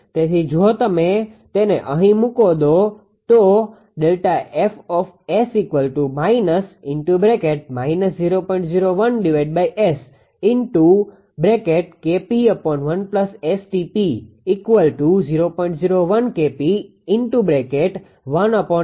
તેથી જો તમે તેને અહીં મુકી દો તો છે